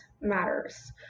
matters